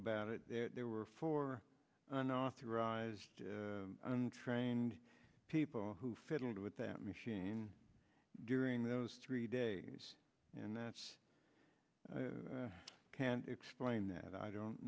about it there were four unauthorized and trained people who fiddled with that machine during those three days and that's i can't explain that i don't